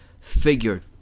figure